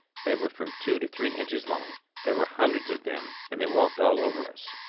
they were from two to three inches long there were hundreds of them, and they walked all over us.